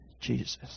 Jesus